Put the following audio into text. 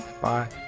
Bye